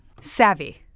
Savvy